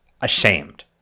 ashamed